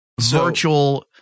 virtual